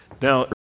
Now